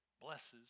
blesses